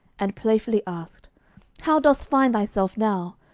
and playfully asked how dost find thyself now?